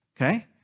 okay